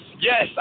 yes